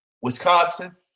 Wisconsin